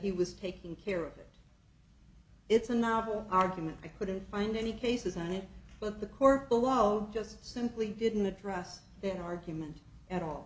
he was taking care of it it's a novel argument i couldn't find any cases on it but the court below just simply didn't address their argument at all